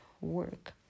work